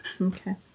okay